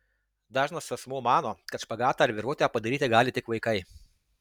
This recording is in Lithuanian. dažnas asmuo mano kad špagatą ir virvutę padaryti gali tik vaikai